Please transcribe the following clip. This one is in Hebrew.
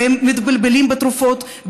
והם מתבלבלים בתרופות,